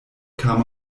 kam